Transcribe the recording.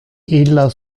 illa